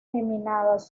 geminadas